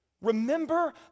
Remember